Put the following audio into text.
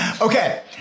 Okay